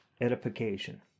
edification